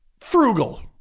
frugal